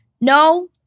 no